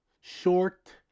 short